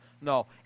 No